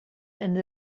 and